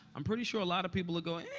i'm pretty sure a lot of people are going, ah.